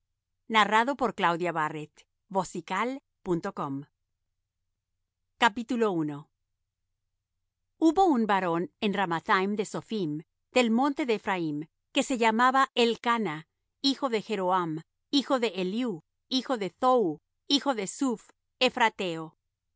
hubo un varón de ramathaim de sophim del monte de ephraim que se llamaba elcana hijo de jeroham hijo de eliú hijo de thohu hijo de suph